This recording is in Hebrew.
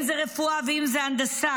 אם זה רפואה ואם זה הנדסה